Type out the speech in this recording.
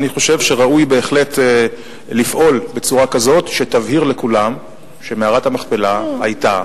אני חושב שראוי בהחלט לפעול בצורה כזאת שתבהיר לכולם שמערת המכפלה היתה,